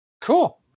Cool